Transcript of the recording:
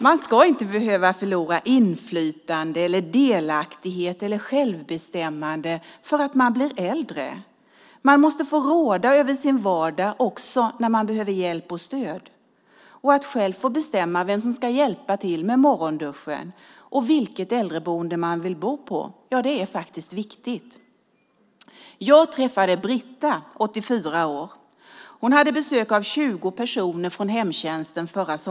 Man ska inte behöva förlora inflytande, delaktighet eller självbestämmande bara för att man blir äldre. Man måste få råda över sin vardag också när man behöver hjälp och stöd. Att själv få bestämma vem som ska hjälpa till med morgonduschen och vilket äldreboende man vill bo i är faktiskt viktigt. Jag har träffat Britta, 84 år. Förra sommaren hade hon besök av 20 personer från hemtjänsten.